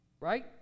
right